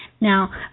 Now